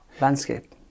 landscape